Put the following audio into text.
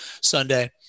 sunday